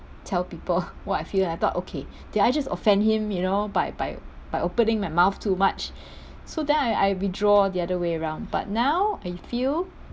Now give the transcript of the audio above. tell people what I feel and I thought okay did I just offend him you know by by by opening my mouth too much so then I I withdraw the other way around but now I feel